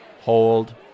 Hold